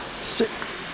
six